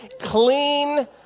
Clean